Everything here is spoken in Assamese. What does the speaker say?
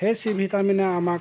সেই চি ভিটামিনে আমাক